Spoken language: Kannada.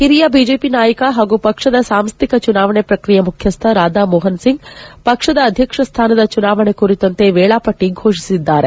ಹಿರಿಯ ಬಿಜೆಪಿ ನಾಯಕ ಹಾಗೂ ಪಕ್ಷದ ಸಾಂಸ್ಥಿಕ ಚುನಾವಣೆ ಪ್ರಕಿಯೆ ಮುಖ್ಯಕ್ಷ ರಾಧಾ ಮೋಹನ್ ಸಿಂಗ್ ಪಕ್ಷದ ಅಧ್ಯಕ್ಷ ಸ್ವಾನದ ಚುನಾವಣೆ ಕುರಿತಂತೆ ವೇಳಾಪಟ್ಟ ಫೋಷಿಸಿದ್ದಾರೆ